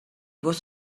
was